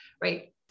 right